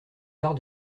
part